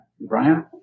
Brian